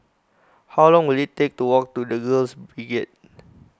how long will it take to walk to the Girls Brigade